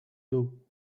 two